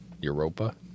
Europa